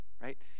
right